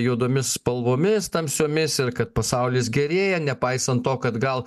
juodomis spalvomis tamsiomis ir kad pasaulis gerėja nepaisant to kad gal